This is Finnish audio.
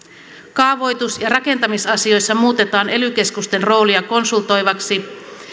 kaavoitus ja rakentamisasioissa muutetaan ely keskusten roolia konsultoivaksi